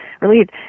relieved